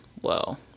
Whoa